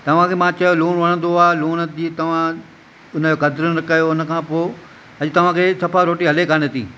तव्हांखे मां चयो लूण वणंदो आहे लूण जी तव्हां उनजो कदुरु न कयो उनखां पोइ अॼु तव्हांखे सफ़ा रोटी हले कान्ह थी